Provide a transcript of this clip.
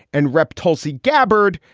and rep. tulsi gabbard,